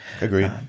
Agree